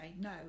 no